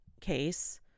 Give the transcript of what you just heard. case